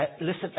listen